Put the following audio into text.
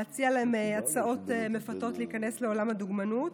להציע להם הצעות מפתות להיכנס לעולם הדוגמנות.